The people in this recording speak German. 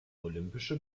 olympische